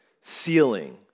ceiling